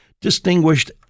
distinguished